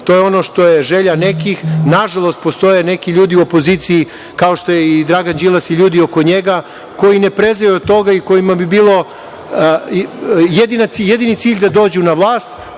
To je ono što je želja nekih. Nažalost, postoje neki ljudi u opoziciji kao što je i Dragan Đilas i ljudi oko njega, koji ne prezaju od toga i kojima bi bio jedini cilj da dođu na vlast,